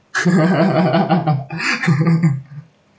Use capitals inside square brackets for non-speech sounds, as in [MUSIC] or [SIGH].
[LAUGHS]